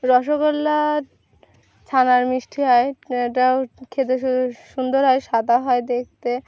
রসগোল্লা ছানার মিষ্টি হয় এটাও খেতে সুন্দর হয় সাদা হয় দেখতে